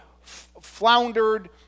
floundered